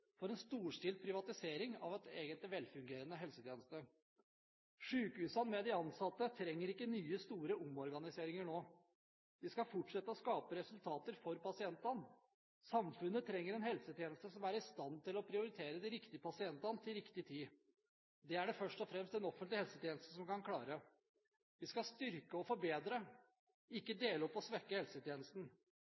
for en storstilt privatisering av vår egen velfungerende helsetjeneste. Sykehusene – med de ansatte – trenger ikke nye, store omorganiseringer nå. De skal fortsette å skape resultater for pasientene. Samfunnet trenger en helsetjeneste som er i stand til å prioritere de riktige pasientene til riktig tid. Det er det først og fremst en offentlig helsetjeneste som kan klare. Vi skal styrke og forbedre, ikke dele opp og svekke helsetjenesten.